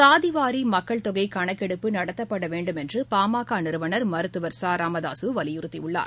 சாதி வாரி மக்கள்தொகை கணக்கெடுப்பு நடத்தப்படவேண்டும் என்று பா ம க நிறுவனர் மருத்துவர் ச ராமதாசு வலியுறுத்தியுள்ளார்